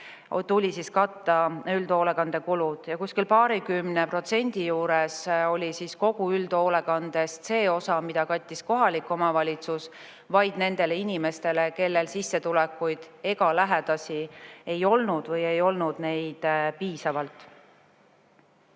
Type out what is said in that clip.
tuli katta üldhoolekande kulud. Kuskil paarikümne protsendi juures kogu üldhoolekandest oli see osa, mille kattis kohalik omavalitsus vaid nendele inimestele, kellel sissetulekuid ega lähedasi ei olnud või ei olnud neid piisavalt.